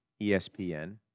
espn